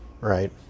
right